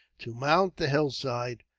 to mount the hillside,